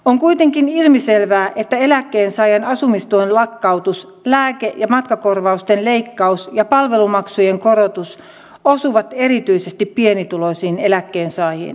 on kuitenkin ilmiselvää että eläkkeensaajien asumistuen lakkautus lääke ja matkakorvausten leikkaus ja palvelumaksujen korotus osuvat erityisesti pienituloisiin eläkkeensaajiin